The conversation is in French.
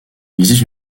existe